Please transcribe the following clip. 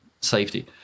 safety